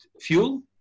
fuel